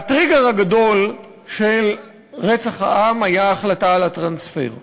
והטריגר הגדול של רצח העם היה ההחלטה על הטרנספר.